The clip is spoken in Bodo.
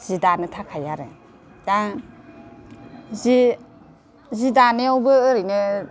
जि दानो थाखाय आरो दा एसे जि दानायावबो ओरैनो